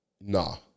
nah